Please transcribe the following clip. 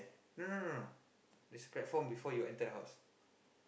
no no no no it's platform before you enter the house